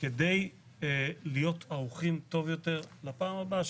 כדי להיות ערוכים טוב יותר לפעם הבאה,